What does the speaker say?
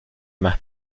más